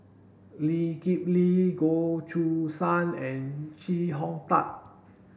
Lee Kip Lee Goh Choo San and Chee Hong Tat